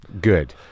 good